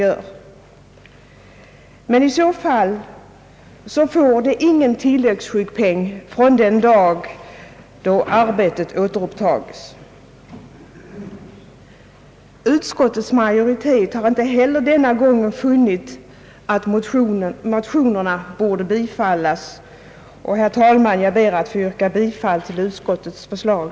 Från den dag då arbetet återupptogs får de emellertid ingen tilläggssjukpenning. Herr talman! Utskottets majoritet har inte heller denna gång funnit att motionerna borde bifallas, och jag ber att få yrka bifall till utskottets förslag.